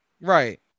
Right